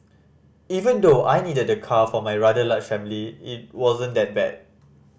even though I needed the car for my rather large family it wasn't that bad